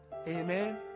Amen